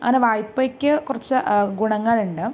അങ്ങനെ വായ്പയ്ക്ക് കുറച്ച് ഗുണങ്ങളുണ്ട്